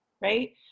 right